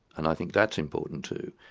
and i think that's important too,